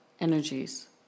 energies